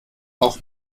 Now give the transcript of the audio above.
auch